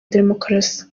demokarasi